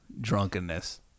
drunkenness